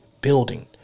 building